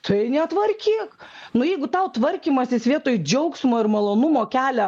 tai netvarkyk nu jeigu tau tvarkymasis vietoj džiaugsmo ir malonumo kelia